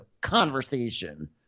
conversation